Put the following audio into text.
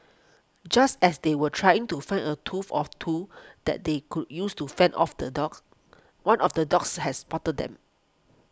just as they were trying to find a of two that they could use to fend off the dogs one of the dogs has spotted them